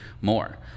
more